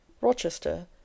Rochester